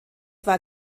war